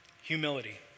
Humility